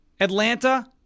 Atlanta